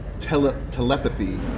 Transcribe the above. telepathy